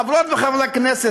חברות וחברי הכנסת,